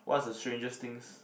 what's the strangest things